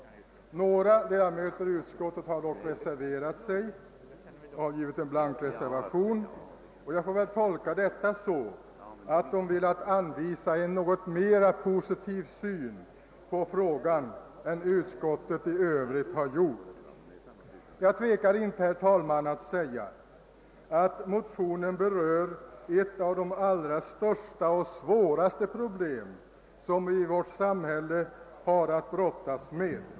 Några ledamöter i utskottet har dock avgivit en blank reservation, och jag får väl tolka detta så, att de velat anlägga en något mera positiv syn på frågan än utskottet i övrigt har gjort. Jag tvekar icke, herr talman, att säga att motionen berör ett av de allra största och svåraste problem som vi i vårt samhälle har att brottas med.